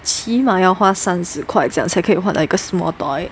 起码要花三十块这样才可以换到一个 small toy